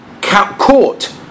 caught